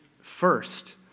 first